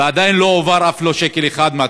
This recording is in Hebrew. ועדיין לא הועבר אף שקל אחד מהתוכנית.